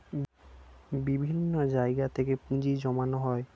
বিভিন্ন জায়গা থেকে পুঁজি জমানো হয়